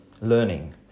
learning